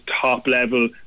top-level